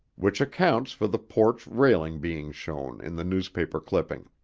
which accounts for the porch railing being shown in the newspaper clipping.